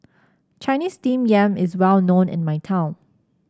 Chinese Steamed Yam is well known in my town